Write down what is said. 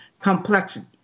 complexity